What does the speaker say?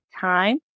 time